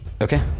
Okay